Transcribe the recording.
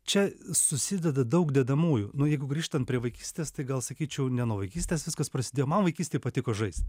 čia susideda daug dedamųjų nu jeigu grįžtant prie vaikystės tai gal sakyčiau ne nuo vaikystės viskas prasidėjo man vaikystėj patiko žaisti